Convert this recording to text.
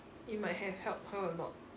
it might have helped her a lot